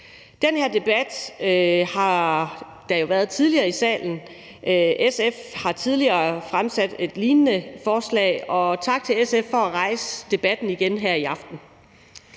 Den her debat har der jo været tidligere her i salen. SF har tidligere fremsat et lignende forslag, og tak til SF for at rejse debatten igen her i aften.